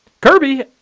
Kirby